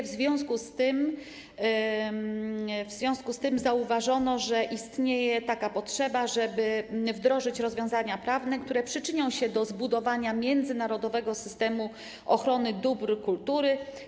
W związku z tym zauważono, że istnieje potrzeba, żeby wdrożyć rozwiązania prawne, które przyczynią się do zbudowania międzynarodowego systemu ochrony dóbr kultury.